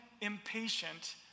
impatient